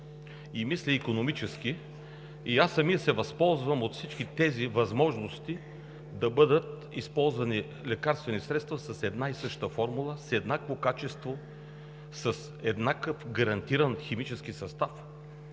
и мисля икономически. Аз самият се възползвам от всички тези възможности да бъдат използвани лекарствени средства с една и съща формула, с еднакво качество, с еднакъв гарантиран химически състав,